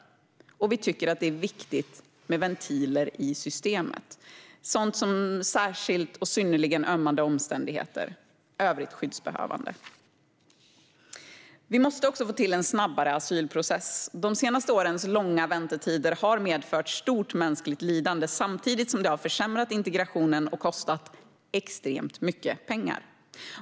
Och vi tycker att det är viktigt med ventiler i systemet - sådant som särskilt och synnerligen ömmande omständigheter och i övrigt skyddsbehövande. Vi måste också få till en snabbare asylprocess. De senaste årens långa väntetider har medfört stort mänskligt lidande, samtidigt som de har försämrat integrationen och kostat extremt mycket pengar.